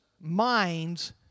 minds